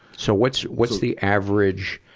so what's, what's the average,